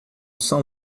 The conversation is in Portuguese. são